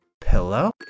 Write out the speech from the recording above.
pillow